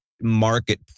market